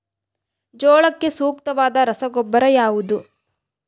ಜೋಳಕ್ಕೆ ಸೂಕ್ತವಾದ ರಸಗೊಬ್ಬರ ಯಾವುದು?